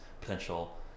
potential